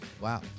Wow